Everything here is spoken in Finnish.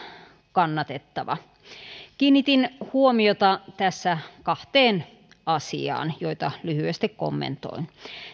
kannatettava kiinnitin huomiota tässä kahteen asiaan joita lyhyesti kommentoin